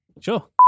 Sure